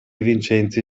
vincenzi